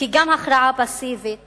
כי גם הכרעה פסיבית